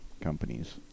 companies